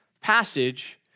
passage